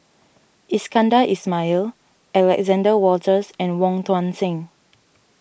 Iskandar Ismail Alexander Wolters and Wong Tuang Seng